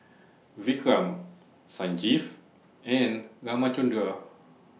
Vikram Sanjeev and Ramchundra